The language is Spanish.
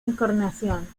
encarnación